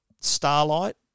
starlight